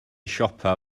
siopa